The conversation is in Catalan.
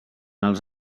els